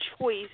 choice